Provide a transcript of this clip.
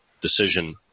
decision